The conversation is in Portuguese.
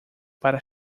para